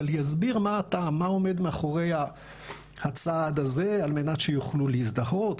אבל יסביר מה הטעם מה עומד מאחורי הצעד הזה על מנת שיוכלו להזדהות,